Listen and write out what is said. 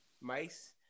Mice